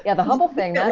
yeah the hubble thing like,